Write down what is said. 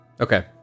okay